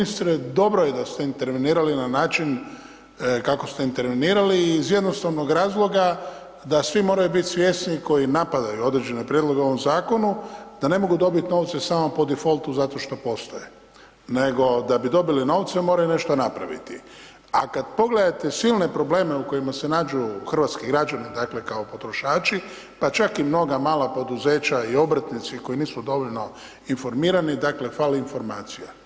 G. ministre, dobro je da se intervenirali na način ste intervenirali iz jednostavnog razloga da svi moraju bit svjesni koji napadaju određene prijedloge u ovom zakonu, da ne mogu dobiti novce samo po defaultu zato što postoje nego da bi dobili novce, moraju nešto napraviti a kad pogledate silne probleme u kojima se nađu hrvatski građani dakle kao potrošači pa čak i mnoga mala poduzeća i obrtnici koji nisu dovoljno informirani, dakle fali informacija.